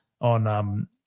on